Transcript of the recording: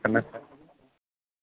कन्नै